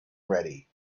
ready